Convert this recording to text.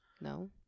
No